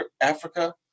Africa